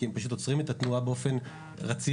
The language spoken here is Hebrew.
כי הם פשוט עוצרים את התנועה באופן רציף.